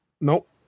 Nope